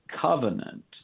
covenant